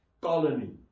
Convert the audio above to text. Colony